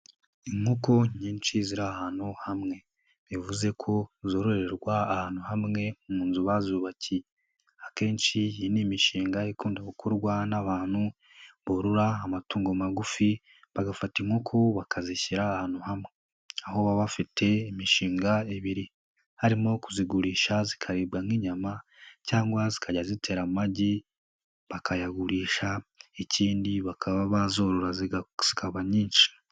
Inkoko nyinshi ziri ahantu hamwe bivuze ko zororerwa ahantu hamwe mu nzu bazubakiye, akenshi iyi ni imishinga ikunda gukorwa n'abantu borora amatungo magufi bagafata inkoko bakazishyira ahantu hamwe, aho baba bafite imishinga ibiri, harimo kuzigurisha zikaribwa nk'inyama cyangwa zikajya zitera amagi bakayagurisha ikindi bakaba bazorora zikaba nyinshi.